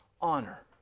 honor